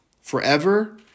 forever